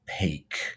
peak